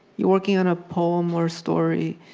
you're working on a poem or story,